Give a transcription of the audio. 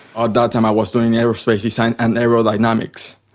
and time i was doing aerospace design and aerodynamics,